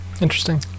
interesting